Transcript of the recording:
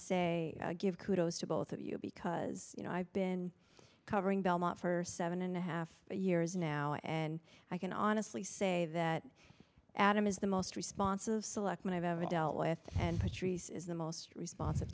say give kudos to both of you because you know i've been covering belmont for seven and a half years now and i can honestly say that adam is the most responsive selectman i've ever dealt with and patrice is the most respons